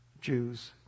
Jews